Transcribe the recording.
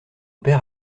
père